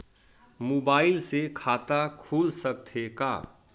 Mobile से खाता खुल सकथे का?